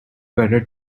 better